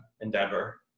endeavor